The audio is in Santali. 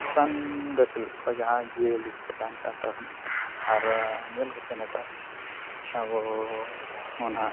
ᱨᱟᱱ ᱵᱮᱹᱥ ᱞᱮᱠᱟ ᱡᱟᱦᱟᱸ ᱡᱤᱭᱟᱹᱞᱤ ᱠᱚᱠᱚ ᱛᱟᱦᱮᱱ ᱠᱟᱱ ᱛᱟᱦᱮᱸᱫ ᱟᱨ ᱧᱮᱞ ᱠᱚᱯᱮ ᱱᱮᱛᱟᱨ ᱟᱵᱚ ᱢᱟ ᱱᱟᱦᱟᱸᱜ